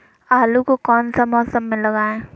आलू को कौन सा मौसम में लगाए?